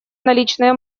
наличные